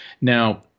Now